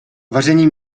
vaření